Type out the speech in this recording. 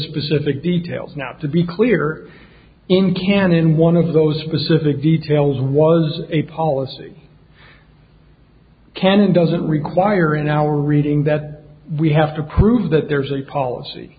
specific details not to be clear in canon one of those specific details was a policy canon does it require in our reading that we have to prove that there's a policy